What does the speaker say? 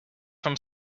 from